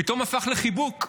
פתאום הפך לחיבוק.